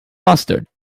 mustard